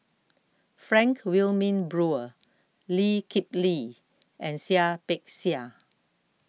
Frank Wilmin Brewer Lee Kip Lee and Seah Peck Seah